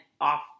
off